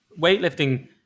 weightlifting